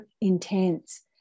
intense